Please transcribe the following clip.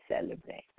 celebrate